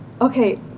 okay